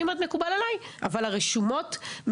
כל הקטע של לא לפרסם --- אני אומר לכם שזו ההצעה של היועצת המשפטית.